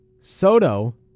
Soto